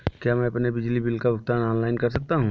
क्या मैं अपने बिजली बिल का भुगतान ऑनलाइन कर सकता हूँ?